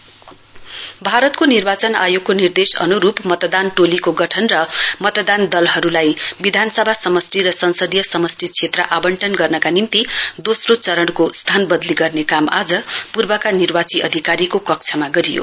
randomisation work भारतको निर्वाचन आयोगको निर्देश अन्रुप मतदान टोलीको गठन र मतदान दलहरुलाई विधानसभा समष्टि र संसदीय समष्टि क्षेत्र आंवटन गर्नका निम्ति दोस्रो चरणको स्थानवदली गर्ने काम आज पूर्वका निर्वाची अधिकारीको कक्षमा गरियो